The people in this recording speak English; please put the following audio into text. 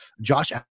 Josh